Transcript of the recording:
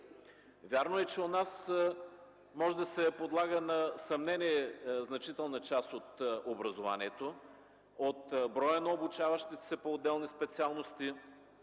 Вярно е, че у нас може да се подлага на съмнение значителна част от образованието, от броя на обучаващите се по отделни специалности,